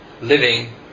living